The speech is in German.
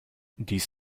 dies